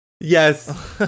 Yes